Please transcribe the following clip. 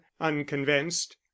unconvinced